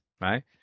right